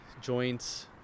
joints